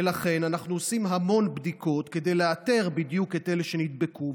אנחנו עושים המון בדיקות כדי לאתר בדיוק את אלה שנדבקו,